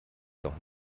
doch